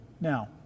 now